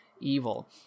evil